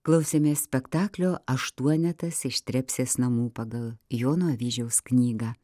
klausėmės spektaklio aštuonetas iš trepsės namų pagal jono avyžiaus knygą